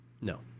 no